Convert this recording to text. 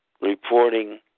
reporting